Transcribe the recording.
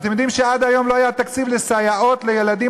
אתם יודעים שעד היום לא היה תקציב לסייעות לילדים